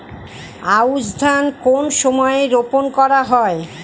আউশ ধান কোন সময়ে রোপন করা হয়?